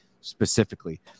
specifically